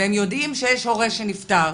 והם יודעים שיש הורה שנפטר,